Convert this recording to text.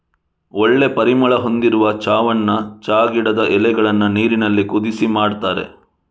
ಒಳ್ಳೆ ಪರಿಮಳ ಹೊಂದಿರುವ ಚಾವನ್ನ ಚಾ ಗಿಡದ ಎಲೆಗಳನ್ನ ನೀರಿನಲ್ಲಿ ಕುದಿಸಿ ಮಾಡ್ತಾರೆ